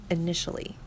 initially